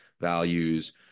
values